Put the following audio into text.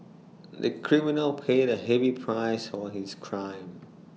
the criminal paid A heavy price for his crime